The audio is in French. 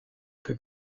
peu